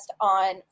on